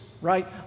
right